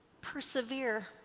persevere